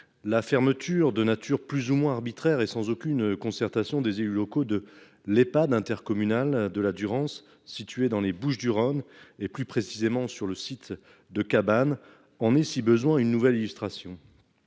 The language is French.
La fermeture de nature plus ou moins arbitraire et sans aucune concertation des élus locaux de l'Epad intercommunal de la Durance situé dans les Bouches-du-Rhône et plus précisément sur le site de cabane en et, si besoin est une nouvelle illustration.